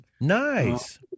Nice